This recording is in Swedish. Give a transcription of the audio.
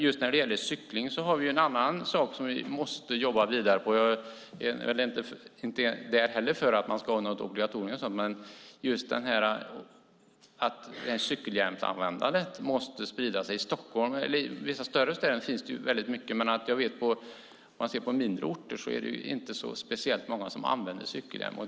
Just när det gäller cykling är det en annan sak som vi måste jobba vidare på. Jag är inte heller där för ett obligatorium, men cykelhjälmsanvändandet måste sprida sig. I vissa större städer används de mycket, men på mindre orter är det inte speciellt många som använder cykelhjälm.